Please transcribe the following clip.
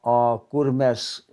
o kur mes